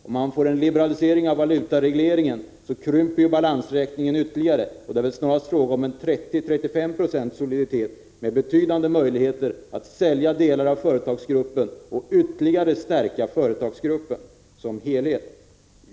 Om det sker en liberalisering av valutaregleringen, krymper balansräkningen ytterligare, och det är väl snarast fråga om 30-35 26 soliditet, med betydande möjligheter att sälja vissa delar och därmed ytterligare stärka företagsgruppen som helhet.